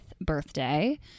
birthday